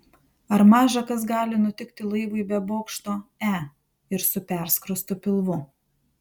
ar maža kas gali nutikti laivui be bokšto e ir su perskrostu pilvu